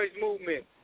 movement